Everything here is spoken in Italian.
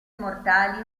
mortali